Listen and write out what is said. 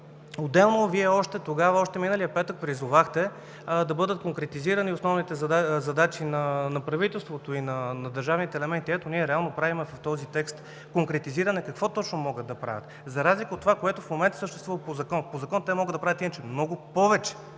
Отделно, Вие още тогава, още миналия петък, призовахте да бъдат конкретизирани основните задачи на правителството и на държавните елементи. Ето, ние реално правим в този текст конкретизиране какво точно могат да правят, за разлика от това, което в момента съществува по закон. По закон те могат да правят иначе много повече